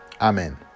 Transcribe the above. Amen